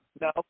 No